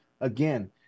again